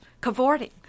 cavorting